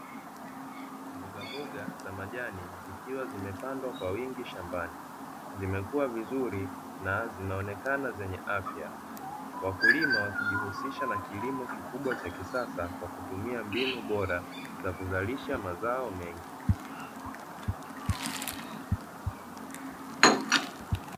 Mbogamboga za majani zikiwa zimepandwa kwa wingi shambani, zimekua vizuri na zinaonekana zenye afya. Wakulima wakijihusisha na kilimo kikubwa cha kisasa, kwa kitumia mbinu bora za kuazalisha mazao mengi.